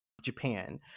Japan